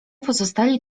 pozostali